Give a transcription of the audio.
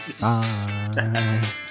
Bye